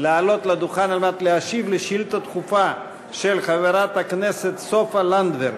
לעלות לדוכן על מנת להשיב על שאילתה דחופה של חברת הכנסת סופה לנדבר.